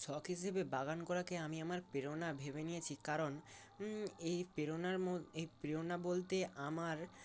শখ হিসেবে বাগান করাকে আমি আমার প্রেরণা ভেবে নিয়েছি কারণ এই প্রেরণার মধ্যে এই প্রেরণা বলতে আমার